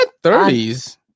thirties